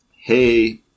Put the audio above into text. hey